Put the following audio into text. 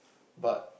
but